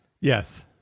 yes